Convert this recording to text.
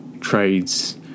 trades